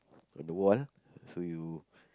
or the one so you